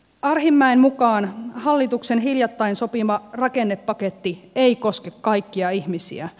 arhinmäen mukaan hallituksen hiljattain sopima rakennepaketti ei koske kaikkia ihmisiä